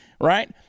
right